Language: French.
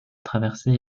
traversée